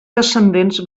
descendents